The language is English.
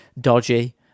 dodgy